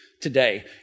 today